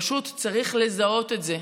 פשוט צריך לזהות את זה.